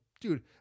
dude